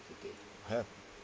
have